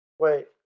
Wait